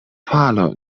falo